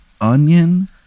onion